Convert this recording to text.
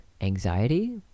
anxiety